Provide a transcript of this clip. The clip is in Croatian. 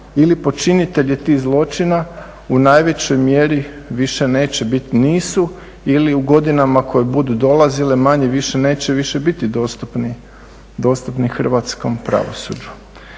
ili počinitelji tih zločina u najvećoj mjeri više neće biti nisu ili u godinama koje budu dolazile manje-više neće više biti dostupni hrvatskom pravosuđu.